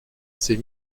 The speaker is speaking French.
ses